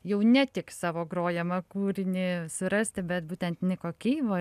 jau ne tik savo grojamą kūrinį surasti bet būtent niko keivo